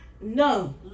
no